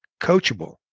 coachable